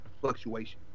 fluctuation